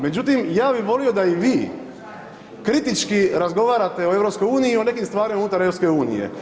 Međutim, ja bi volio da i vi kritički razgovarate o EU i o nekim stvarima unutar EU.